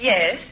Yes